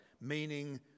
meaning